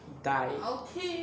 die